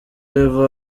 level